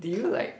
do you like